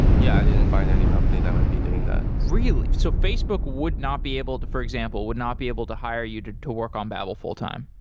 yeah, i didn't find any company that would be doing that really? so facebook would not be able, for example, would not be able to hire you to to work on babel full-time?